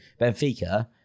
Benfica